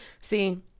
See